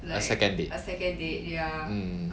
a second date mm